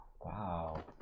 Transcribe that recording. Wow